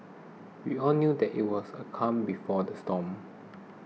we all knew that it was a calm before the storm